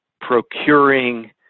procuring